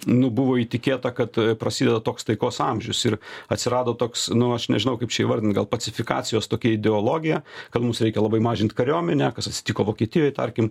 nu buvo įtikėta kad prasideda toks taikos amžius ir atsirado toks nu aš nežinau kaip čia įvardint gal pacifikacijos tokia ideologija kad mus reikia labai mažint kariuomenę kas atsitiko vokietijoj tarkim